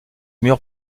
mur